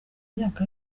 myaka